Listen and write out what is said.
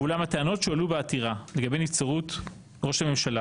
ואולם הטענות שעלו בעתירה לגבי נבצרות ראש הממשלה